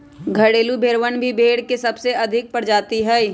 घरेलू भेड़वन भी भेड़ के सबसे अधिक प्रजाति हई